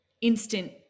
instant